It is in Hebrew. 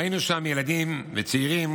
והיינו שם ילדים וצעירים